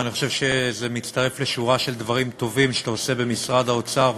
ואני חושב שזה מצטרף לשורה של דברים טובים שאתה עושה במשרד האוצר,